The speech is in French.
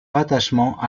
rattachement